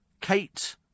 Kate